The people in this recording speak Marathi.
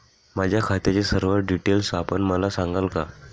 माझ्या खात्याचे सर्व डिटेल्स आपण मला सांगाल का?